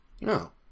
no